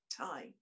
time